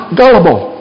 gullible